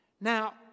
Now